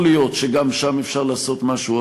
יכול להיות שגם שם אפשר לעשות משהו,